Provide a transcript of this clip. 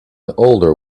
older